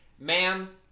ma'am